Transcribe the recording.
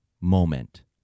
moment